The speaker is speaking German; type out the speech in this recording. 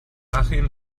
achim